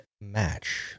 match